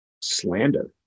slander